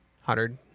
hundred